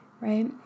right